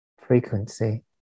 Frequency